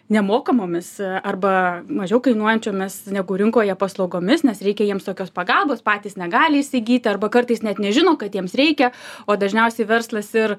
nemokamomis arba mažiau kainuojančiomis negu rinkoje paslaugomis nes reikia jiems tokios pagalbos patys negali įsigyti arba kartais net nežino kad jiems reikia o dažniausiai verslas ir